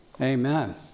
Amen